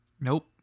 Nope